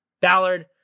Ballard